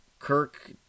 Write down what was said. Kirk